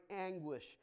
anguish